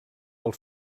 del